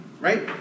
right